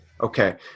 Okay